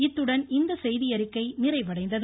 இத்துடன் இந்த செய்தியறிக்கை நிறைவடைந்தது